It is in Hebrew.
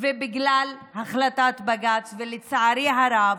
בגלל החלטת בג"ץ, ולצערי הרב,